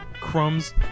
crumbs